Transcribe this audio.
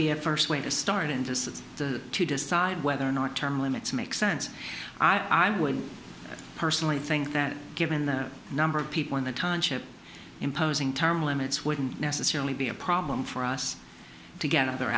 be a first way to start in this it's the to decide whether or not term limits make sense i would personally think that given the number of people in the timeship imposing term limits wouldn't necessarily be a problem for us to get other